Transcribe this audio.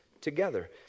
together